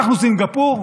אנחנו סינגפור?